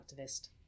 activist